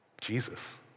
Jesus